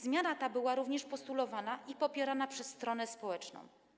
Zmiana ta była również postulowana i popierana przez stronę społeczną.